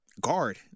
guard